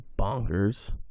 bonkers